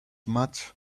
much